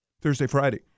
Thursday-Friday